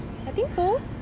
I think so